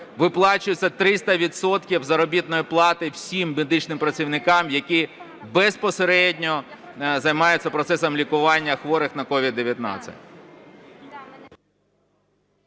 Виплачується 300 відсотків заробітної плати всім медичним працівникам, які безпосередньо займаються процесом лікування хворих на COVID-19.